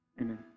Amen